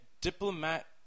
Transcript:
diplomat